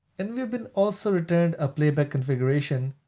and we've been also returned a playback configuration,